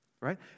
right